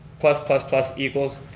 plus, plus, plus, equals,